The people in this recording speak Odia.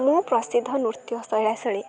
ମୁଁ ପ୍ରସିଦ୍ଧ ନୃତ୍ୟ କଳାଶୈଳୀ